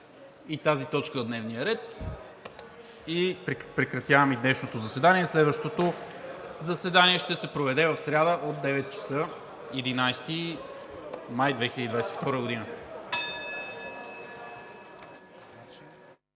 и тази точка от дневния ред. Прекратявам днешното заседание. Следващото заседание ще се проведе в сряда, 11 май 2022 г.,